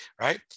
Right